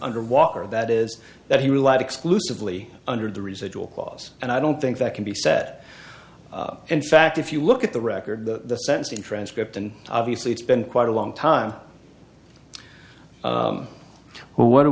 under walker that is that he relied exclusively under the residual clause and i don't think that can be set in fact if you look at the record the sense in transcript and obviously it's been quite a long time who what do